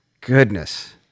Goodness